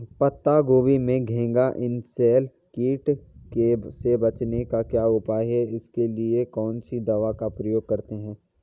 पत्ता गोभी में घैंघा इसनैल कीट से बचने के क्या उपाय हैं इसके लिए कौन सी दवा का प्रयोग करते हैं?